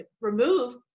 remove